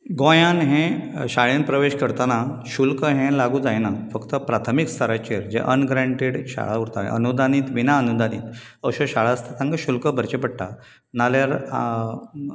गोंयांत हें शाळेंत प्रवेश करतना शुल्क हें लागू जायना फक्त प्राथमीक स्तरांचेर जे अनग्रांटीड शाळा उरता अनुदानीत बिनाअनुदानीत अश्यो शाळा आसतात तांकां शुल्क भरचें पडटा नाजाल्यार आं